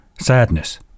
Sadness